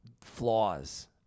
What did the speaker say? flaws